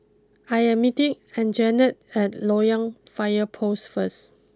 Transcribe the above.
I am meeting Anjanette at Loyang fire post first